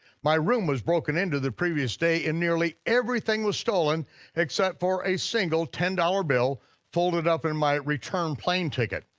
my room was broken into the previous day and nearly everything was stolen except for a single ten dollars bill folded up in my return plane ticket,